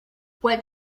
what